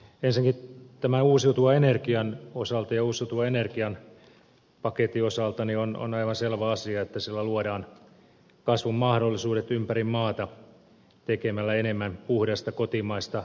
ensinnäkin tämän uusiutuvan energian osalta ja uusiutuvan energian paketin osalta on aivan selvä asia että sillä luodaan kasvun mahdollisuudet ympäri maata tekemällä enemmän puhdasta kotimaista energiaa